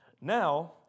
Now